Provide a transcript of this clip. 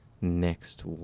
Next